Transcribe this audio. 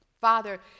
Father